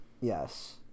Yes